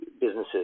businesses